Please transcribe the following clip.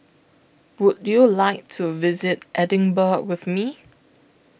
Would YOU like to visit Edinburgh with Me